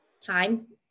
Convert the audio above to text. time